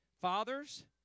Fathers